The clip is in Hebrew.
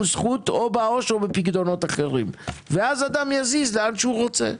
זכות או בעו"ש או בפיקדונות אחרים ואז אדם יזיז לאן שרוצה.